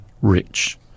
rich